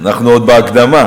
אנחנו עוד בהקדמה.